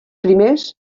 primers